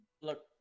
Look